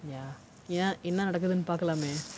ya ya என்ன நடக்குதுனு பாக்கலாமே:enna nadakuthunu pakkalaamae